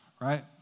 right